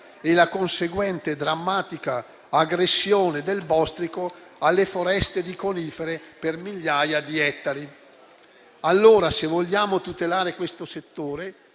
e la conseguente drammatica aggressione del bostrico alle foreste di conifere per migliaia di ettari. Allora, se vogliamo tutelare questo settore,